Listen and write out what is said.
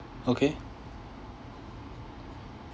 okay